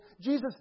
Jesus